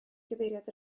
gyfeiriad